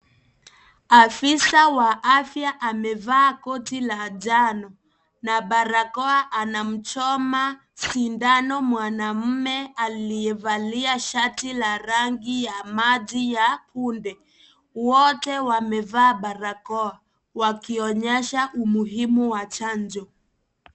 Afisi wa afya amevaa koti la njano na barakoa. Anamchoma sindano mwanaume aleyevalia shati la rangi ya maji ya kunde. Wote wamevaa barakoa. Wakionyesha umuhimu wa chanjo.